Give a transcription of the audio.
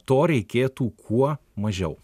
to reikėtų kuo mažiau